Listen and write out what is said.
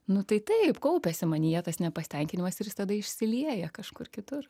nu tai taip kaupiasi manyje tas nepasitenkinimas ir jis tada išsilieja kažkur kitur